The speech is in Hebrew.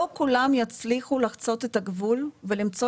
לא כולם יצליחו לחצות את הגבול ולמצוא